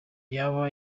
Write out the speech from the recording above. yaba